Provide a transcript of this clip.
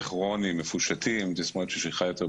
כרוניים מפושטים, תסמונת ששכיחה יותר בנשים,